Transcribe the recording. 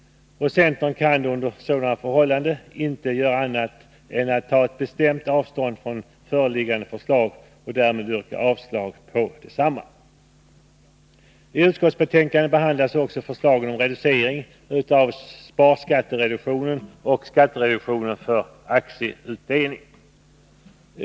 Centern kan under sådana förhållanden inte göra något annat än att ta ett bestämt avstånd från föreliggande förslag och därmed yrka avslag på detsamma. I utskottsbetänkandet behandlas också förslagen om en reducering av sparskattereduktionen och skattereduktionen för aktieutdelning.